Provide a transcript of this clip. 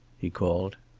he called.